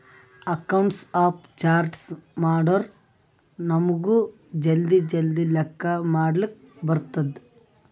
accounts of charts ಮಾಡುರ್ ನಮುಗ್ ಜಲ್ದಿ ಜಲ್ದಿ ಲೆಕ್ಕಾ ಮಾಡ್ಲಕ್ ಬರ್ತುದ್